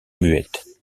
muette